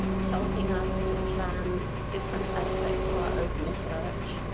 it's helping us to plan different aspects of our own research.